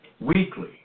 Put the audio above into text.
weekly